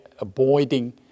avoiding